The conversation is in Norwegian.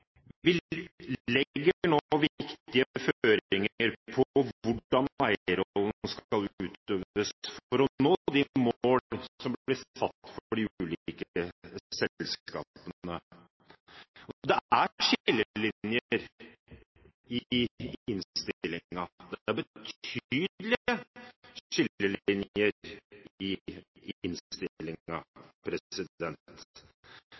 Vi legger nå viktige føringer for hvordan eierrollen skal utøves for å nå de mål som blir satt for de ulike selskapene. Og det er skillelinjer i innstillingen – det er betydelige skillelinjer i innstillingen – det er